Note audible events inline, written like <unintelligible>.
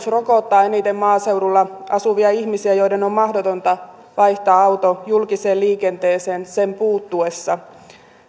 <unintelligible> rokottaa eniten maaseudulla asuvia ihmisiä joiden on mahdotonta vaihtaa auto julkiseen liikenteeseen sen puuttuessa